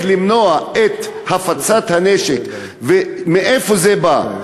למנוע את הפצת הנשק ולדעת מאיפה זה בא,